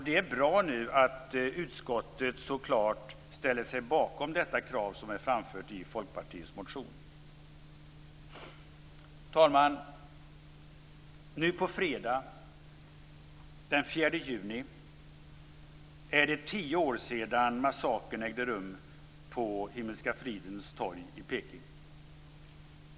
Det är bra att utskottet så klart ställer sig bakom detta krav, som framförs i Fru talman! Nu på fredag, den 4 juni, är det tio år sedan massakern ägde rum på Himmelska fridens torg i Peking.